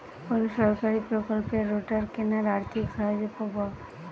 কোন সরকারী প্রকল্পে রোটার কেনার আর্থিক সাহায্য পাব?